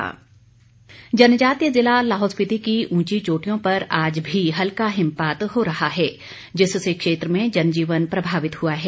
मौसम जनजातीय जिला लाहौल स्पीति की उंची चोटियों पर आज भी हल्का हिमपात हो रहा है जिससे क्षेत्र में जनजीवन प्रभावित हुआ है